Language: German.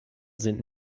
sind